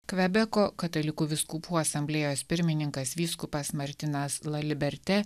kvebeko katalikų vyskupų asamblėjos pirmininkas vyskupas martinas la liberte